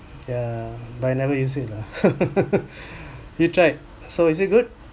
yeah but I never use it lah you tried so is it good